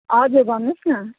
हजुर भन्नुहोस् न